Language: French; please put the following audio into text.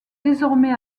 désormais